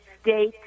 state